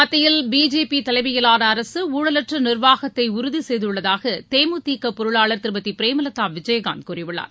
மத்தியில் பிஜேபி தலைமையிலான அரசு ஊழலற்ற நிர்வாகத்தை செய்துள்ளதாக தேமுதிக பொருளாளர் திருமதி பிரேமலதா உறுதி விஜயகாந்த் கூறியுள்ளார்